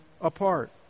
apart